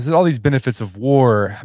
and all these benefits of war.